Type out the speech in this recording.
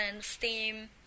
Steam